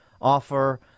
offer